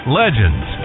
legends